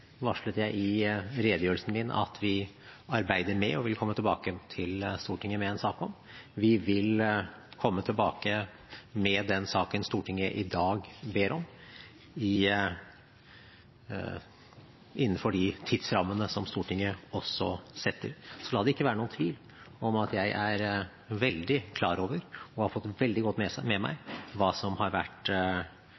og vil komme tilbake til Stortinget med en sak om det. Vi vil komme tilbake med den saken Stortinget i dag ber om, innenfor de tidsrammene som Stortinget setter. La det ikke være noen tvil om at jeg er veldig klar over og har fått veldig godt med